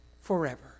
forever